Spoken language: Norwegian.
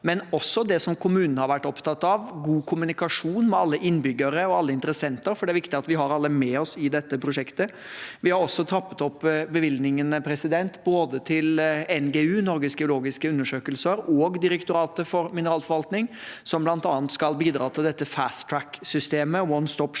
men også det som kommunen har vært opptatt av: God kommunikasjon med alle innbyggere og alle interessenter, for det er viktig at vi har alle med oss i dette prosjektet. Vi har også trappet opp bevilgningene til både Norges geologiske undersøkelse, NGU, og Direktoratet for mineralforvaltning, som bl.a. skal bidra til dette «fast track»-systemet, «one stop